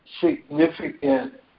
significant